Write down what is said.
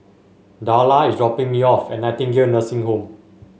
Darla is dropping me off at Nightingale Nursing Home